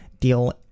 deal